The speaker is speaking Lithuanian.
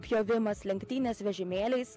pjovimas lenktynės vežimėliais